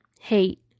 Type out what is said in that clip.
hate